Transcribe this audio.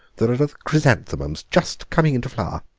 there are the chrysanthemums just coming into flower.